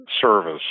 service